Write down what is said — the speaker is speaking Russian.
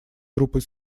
группой